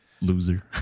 Loser